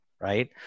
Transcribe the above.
right